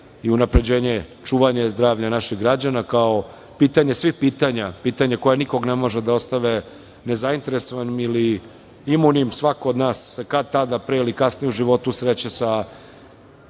i unapređenje, čuvanje zdravlja naših građana, kao pitanje svih pitanja, pitanje koje nikog ne može da ostave nezainteresovanim ili imunim. Svako od nas se kad-tad, pre ili kasnije u životu sreće sa